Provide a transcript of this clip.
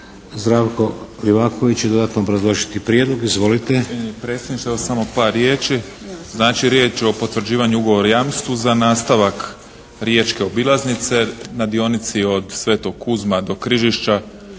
Zdravko Livaković će dodatno obrazložiti prijedlog. Izvolite.